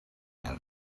and